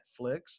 Netflix